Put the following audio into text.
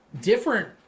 different